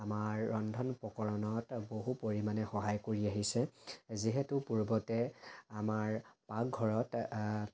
আমাৰ ৰন্ধন প্ৰকৰণত বহু পৰিমাণে সহায় কৰি আহিছে যিহেতু পূৰ্বতে আমাৰ পাকঘৰত